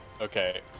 Okay